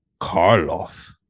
Karloff